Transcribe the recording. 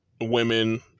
women